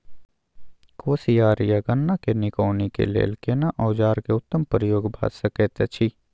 कोसयार आ गन्ना के निकौनी के लेल केना औजार के उत्तम प्रयोग भ सकेत अछि?